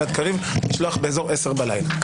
גלעד קריב לשלוח בסביבות 22:00 בלילה.